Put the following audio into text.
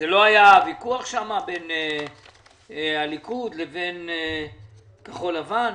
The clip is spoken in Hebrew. זה לא היה שם הוויכוח בין הליכוד לבין כחול לבן?